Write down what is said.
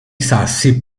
sassi